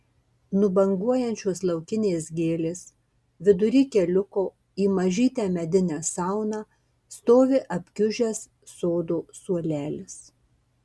nubanguojančios laukinės gėlės vidury keliuko į mažytę medinę sauną stovi apkiužęs sodo suolelis